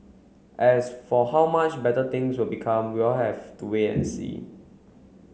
as for how much better things will become we'll have to wait and see